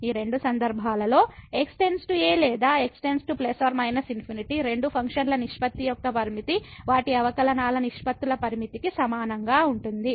ఈ రెండు సందర్భాల్లో x → a లేదా x→ ±∞ రెండు ఫంక్షన్ల నిష్పత్తి యొక్క లిమిట్ వాటి అవకలనాల నిష్పత్తుల లిమిట్ కి సమానంగా ఉంటుంది